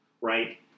right